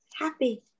happy